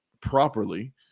properly